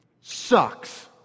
sucks